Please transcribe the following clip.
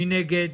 מי נגד?